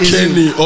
Kenny